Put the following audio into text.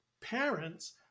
parents